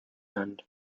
end